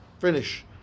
Finish